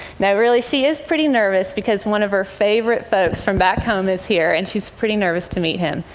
now, really, she is pretty nervous. because one of her favorite folks from back home is here, and she's pretty nervous to meet him.